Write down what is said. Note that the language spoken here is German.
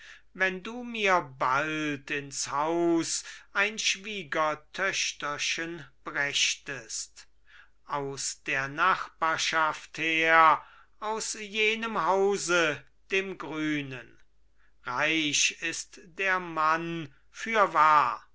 wenn du mir bald ins haus ein schwiegertöchterchen brächtest aus der nachbarschaft her aus jenem hause dem grünen reich ist der mann fürwahr